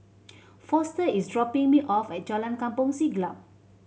Foster is dropping me off at Jalan Kampong Siglap